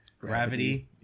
Gravity